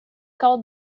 called